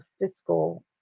fiscal